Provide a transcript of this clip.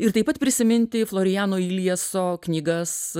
ir taip pat prisiminti floriano iljeso knygas